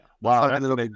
Wow